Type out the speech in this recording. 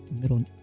middle